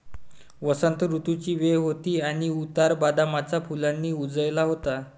वसंत ऋतूची वेळ होती आणि उतार बदामाच्या फुलांनी उजळला होता